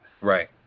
Right